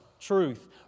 truth